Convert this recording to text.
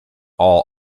all